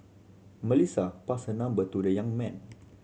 Melissa passed her number to the young man